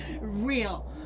real